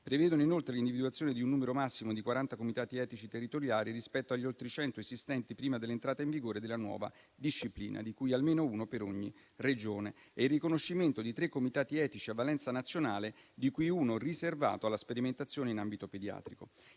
Prevedono, inoltre, l'individuazione di un numero massimo di quaranta comitati etici territoriali rispetto agli oltre cento esistenti prima dell'entrata in vigore della nuova disciplina, di cui almeno uno per ogni Regione, e il riconoscimento di tre comitati etici a valenza nazionale, di cui uno riservato alla sperimentazione in ambito pediatrico.